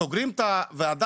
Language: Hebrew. סוגרים את הוועדה,